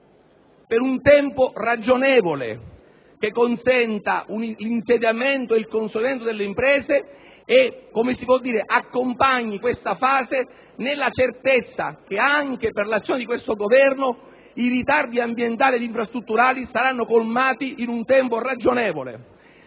per un tempo ragionevole, che consenta l'insediamento ed il consolidamento delle imprese e accompagni questa fase con la certezza che, anche per l'azione di questo Governo, i ritardi ambientali ed infrastrutturali saranno colmati in un congruo periodo.